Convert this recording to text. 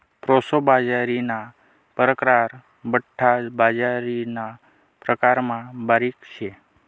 proso बाजरीना परकार बठ्ठा बाजरीना प्रकारमा बारीक शे